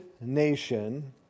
nation